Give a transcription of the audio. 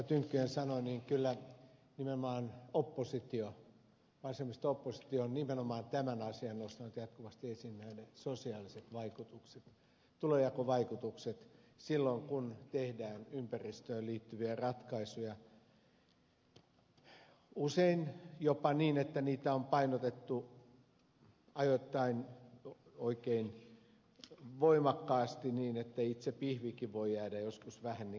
tynkkynen sanoi niin kyllä nimenomaan oppositio vasemmisto oppositio on nimenomaan tämän asian nostanut jatkuvasti esiin näiden sosiaaliset vaikutukset tulonjakovaikutukset silloin kun tehdään ympäristöön liittyviä ratkaisuja usein jopa niin että niitä on painotettu ajoittain oikein voimakkaasti niin että itse pihvikin voi jäädä joskus vähän niin kuin piiloon